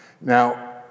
Now